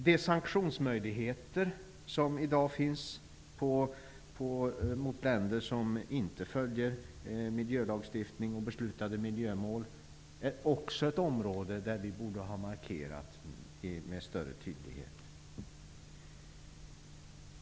De sanktionsmöjligheter som i dag finns mot länder som inte följer miljölagstiftning och beslutade miljömål är också ett område där vi borde ha markerat med större tydlighet.